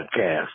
podcast